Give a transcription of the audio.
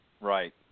Right